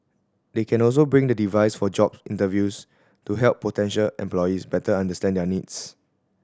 they can also bring the device for job interviews to help potential employees better understand their needs